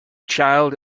child